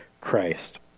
Christ